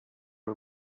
are